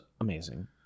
amazing